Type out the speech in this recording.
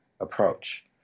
approach